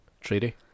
treaty